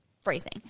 Phrasing